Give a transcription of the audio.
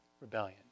rebellion